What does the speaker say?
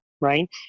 right